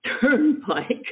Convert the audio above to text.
Turnpike